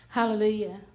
hallelujah